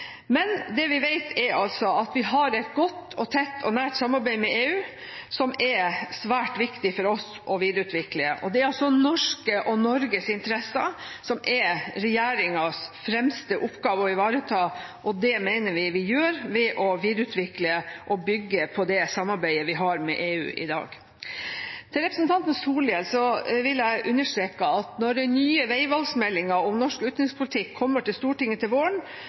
Men det vi vet, er at vi har et godt, tett og nært samarbeid med EU, som er svært viktig for oss å videreutvikle. Det er altså norske og Norges interesser som er regjeringens fremste oppgave å ivareta, og det mener vi at vi gjør ved å videreutvikle og bygge på det samarbeidet vi har med EU i dag. Til representanten Solhjell vil jeg understreke at når den nye veivalgmeldingen om norsk utenrikspolitikk kommer til Stortinget til våren,